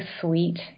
sweet